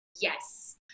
Yes